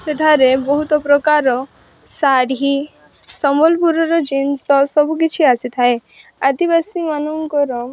ସେଠାରେ ବହୁତ ପ୍ରକାର ଶାଢ଼ୀ ସମ୍ବଲପୁରର ଜିନିଷ ସବୁ କିଛି ଆସିଥାଏ ଆଦିବାସୀମାନଙ୍କର